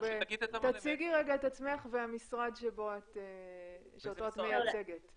תציגי את עצמך ואת המשרד שאותו את מייצגת.